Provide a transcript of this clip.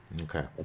okay